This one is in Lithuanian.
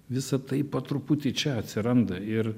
visa tai po truputį čia atsiranda ir